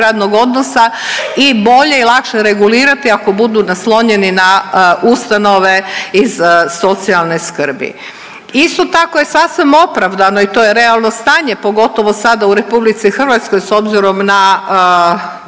radnog odnosa i bolje i lakše regulirati ako budu naslonjeni na ustanove iz socijalne skrbi. Isto tako je sasvim opravdano i to je realno stanje pogotovo sada u RH s obzirom na